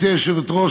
גברתי היושבת-ראש,